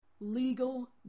Legal